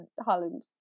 Holland